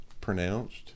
pronounced